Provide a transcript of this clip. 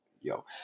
Yo